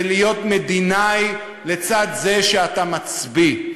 זה להיות מדינאי לצד זה שאתה מצביא,